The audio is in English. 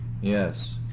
Yes